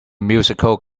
musical